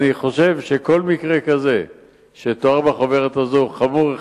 אני חושב שכל מקרה כזה שתואר בחוברת הזו הוא חמור,